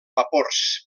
vapors